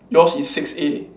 yours is six A